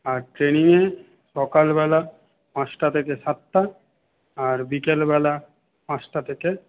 আর ট্রেনিংয়ে সকাল বেলা পাঁচটা থেকে সাতটা আর বিকাল বেলা পাঁচটা থেকে